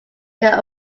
their